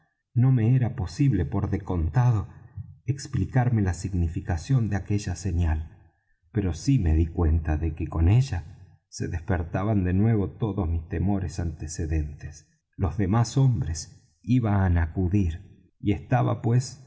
no me era posible por de contado explicarme la significación de aquella señal pero sí me dí cuenta de que con ella se despertaban de nuevo todos mis temores antecedentes los demás hombres iban á acudir y estaba pues